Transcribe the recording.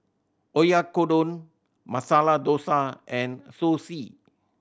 Oyakodon Masala Dosa and Zosui